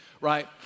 Right